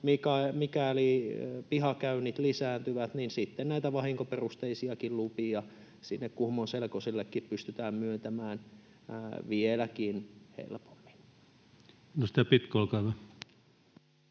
mikäli pihakäynnit lisääntyvät, niin sitten näitä vahinkoperusteisiakin lupia sinne Kuhmon selkosellekin pystytään myöntämään vieläkin helpommin. [Speech 288] Speaker: